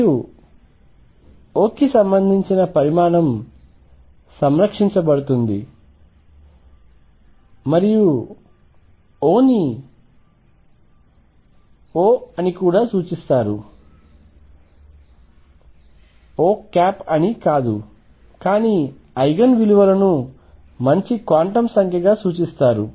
మరియు O కి సంబంధించిన పరిమాణం సంరక్షించబడుతుంది మరియు O ని 'O' అని కూడా సూచిస్తారు O అని కాదు కానీ ఐగెన్ విలువలను మంచి క్వాంటం సంఖ్యగా సూచిస్తారు